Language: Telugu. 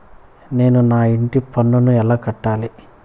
నేను నా ఇంటి పన్నును ఎలా కట్టాలి?